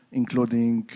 including